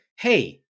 hey